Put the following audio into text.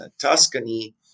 Tuscany